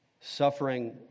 Suffering